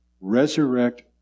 resurrect